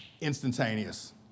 Instantaneous